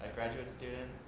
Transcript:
graduate student